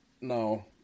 No